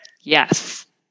Yes